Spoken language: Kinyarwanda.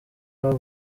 have